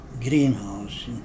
Greenhouse